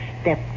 step